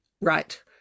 right